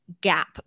gap